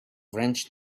wrenched